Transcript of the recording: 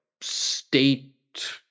state